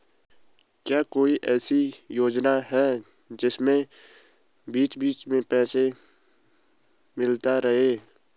क्या कोई ऐसी योजना है जिसमें बीच बीच में पैसा मिलता रहे?